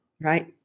Right